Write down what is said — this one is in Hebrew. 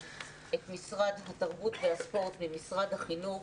את משרד התרבות והספורט ממשרד החינוך.